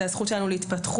זאת הזכות שלנו להתפתחות,